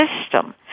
system